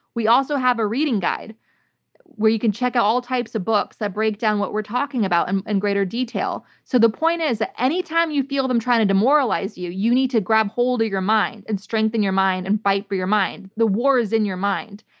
we also have a reading guide where you can check out all types of books that break down what we're talking about in and and greater detail. so the point is that any time you feel them trying to demoralize you, you need to grab hold of your mind and strengthen your mind, and fight for your mind. the war is in your mind.